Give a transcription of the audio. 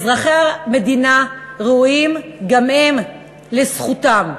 אזרחי המדינה ראויים גם הם לזכותם.